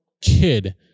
kid